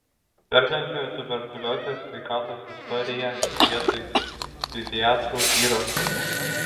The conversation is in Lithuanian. sergančiojo tuberkulioze sveikatos istoriją vietoj ftiziatrų įrašų